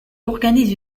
organise